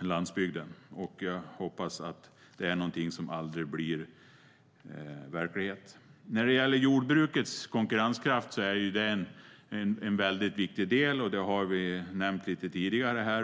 landsbygden, och jag hoppas att det är någonting som aldrig blir verklighet. Jordbrukets konkurrenskraft är en viktig del, som vi har nämnt tidigare här.